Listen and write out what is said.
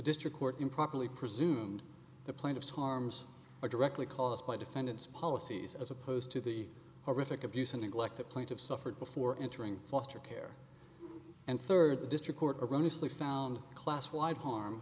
district court improperly presumed the plaintiffs harms are directly caused by defendants policies as opposed to the horrific abuse and neglect the plaintiff suffered before entering foster care and third the district court or honestly found class wide harm